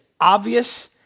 obvious